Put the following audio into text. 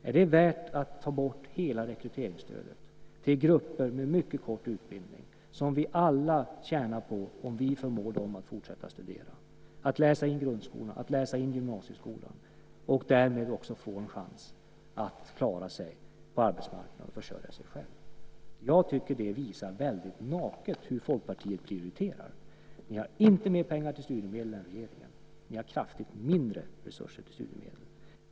Är det värt att ta bort hela rekryteringsstödet till grupper med mycket kort utbildning, när vi alla tjänar på om vi förmår dem att fortsätta att studera, att läsa in grundskolan, att läsa in gymnasieskolan och därmed också få en chans att klara sig på arbetsmarknaden och försörja sig själva? Jag tycker att det visar väldigt naket hur Folkpartiet prioriterar. Ni har inte mer pengar till studiemedel än regeringen. Ni har kraftigt mindre resurser till studiemedel.